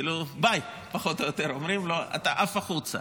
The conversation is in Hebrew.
כאילו ביי, פחות או יותר אומרים לו, אתה עף החוצה.